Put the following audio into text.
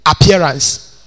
appearance